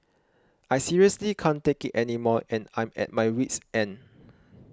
I seriously can't take it anymore and I'm at my wit's end